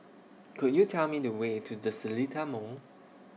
Could YOU Tell Me The Way to The Seletar Mall